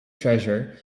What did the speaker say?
treasure